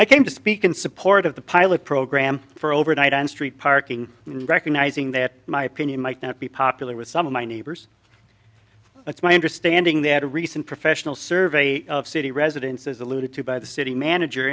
i came to speak in support of the pilot program for overnight on street parking and recognizing that my opinion might not be popular with some of my neighbors it's my understanding that a recent professional survey of city residences alluded to by the city manager